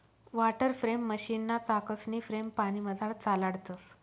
water frame मशीनना चाकसनी frame पानीमझार चालाडतंस